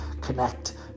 connect